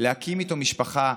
להקים איתו משפחה,